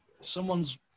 someone's